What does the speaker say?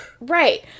Right